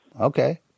Okay